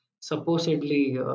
supposedly